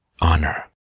honor